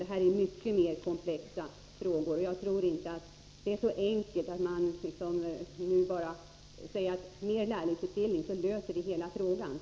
Det här är mycket komplexa frågor, och man kan inte bara säga att mer lärlingsutbildning är lösningen på dem.